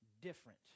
different